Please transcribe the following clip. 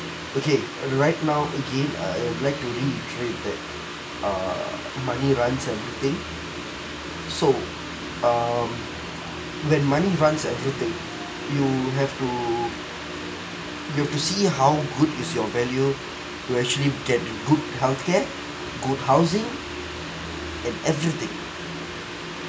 okay right now again I would like to reiterate that err money runs everything so um when money runs everything you have to you have to see how good is your value to actually get good healthcare good housing and everything